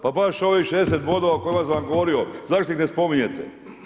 Pa baš ovih 60 bodova o kojima sam vam govorio zašto ih ne spominjete?